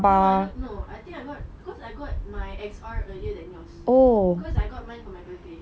no I don't know I think I got cause I got my X_R earlier than yours cause I got mine on my birthday